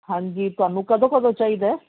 ਹਾਂਜੀ ਤੁਹਾਨੂੰ ਕਦੋਂ ਕਦੋਂ ਚਾਹੀਦਾ